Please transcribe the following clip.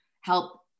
help